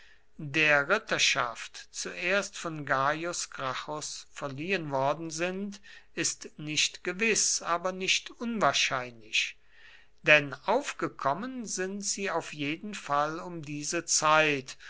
der ritterschaft zuerst von gaius gracchus verliehen worden sind ist nicht gewiß aber nicht unwahrscheinlich denn aufgekommen sind sie auf jeden fall um diese zeit